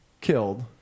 killed